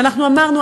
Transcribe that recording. ואנחנו אמרנו,